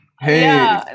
hey